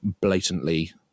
blatantly